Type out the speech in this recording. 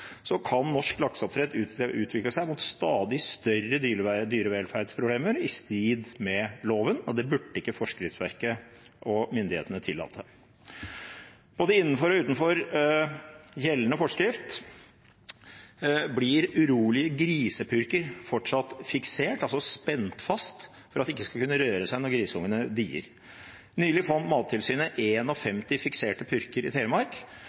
Så lenge dette – med regjeringens velsignelse – ikke skjer, kan norsk lakseoppdrett utvikle seg mot stadig større dyrevelferdsproblemer, i strid med loven, og det burde ikke forskriftsverket og myndighetene tillate. Både innenfor og utenfor gjeldende forskrift blir urolige grisepurker fortsatt fiksert, altså spent fast, for at de ikke skal kunne røre seg når grisungene dier. Nylig fant Mattilsynet 51 fikserte purker i Telemark,